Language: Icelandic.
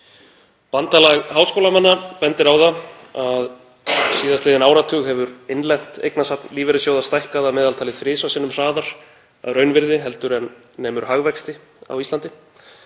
Bandalag háskólamanna bendir á að síðastliðinn áratug hefur innlent eignasafn lífeyrissjóða stækkað að meðaltali þrisvar sinnum hraðar að raunvirði en nemur hagvexti á Íslandi.